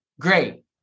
great